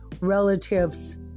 relatives